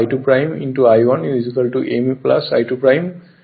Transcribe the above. এটি I2 এবং এই কারেন্ট হল I2 I1 m I2 হবে